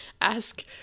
ask